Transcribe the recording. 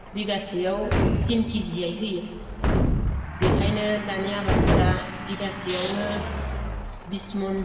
बिगासेयाव थिन के जि यै होयो बेनिखायनो दानि आबादफोरा बिगासेआवनो बिस मन